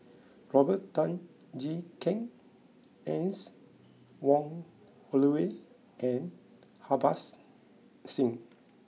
Robert Tan Jee Keng Anne Wong Holloway and Harbans Singh